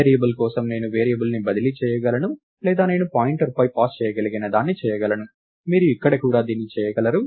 variable కోసం నేను వేరియబుల్ను బదిలీ చేయగలను లేదా నేను పాయింటర్పై పాస్ చేయగలిగినదాన్ని చేయగలను మీరు ఇక్కడ కూడా దీన్ని చేయగలరు